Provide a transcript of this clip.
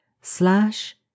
slash